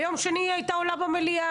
ביום שני היא הייתה עולה במליאה,